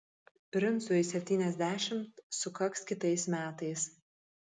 princui septyniasdešimt sukaks kitais metais